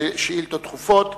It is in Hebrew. בשאילתות דחופות,